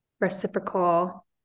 reciprocal